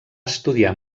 estudiar